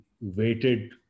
waited